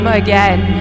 again